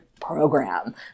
program